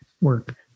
work